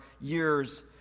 years